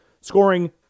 scoring